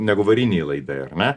negu variniai laidai ar ne